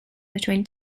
between